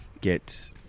get